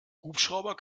hubschrauber